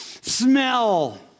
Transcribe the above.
smell